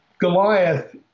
Goliath